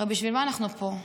הרי בשביל מה אנחנו פה?